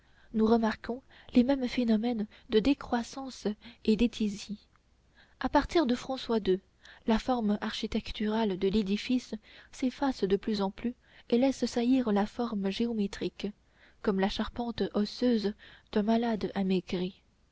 nous remarquons les mêmes phénomènes de décroissance et d'étisie à partir de françois ii la forme architecturale de l'édifice s'efface de plus en plus et laisse saillir la forme géométrique comme la charpente osseuse d'un malade amaigri